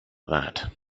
that